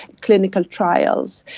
clinical trials,